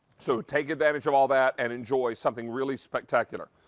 so take advantage of all that and enjoy something really spectacular.